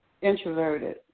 Introverted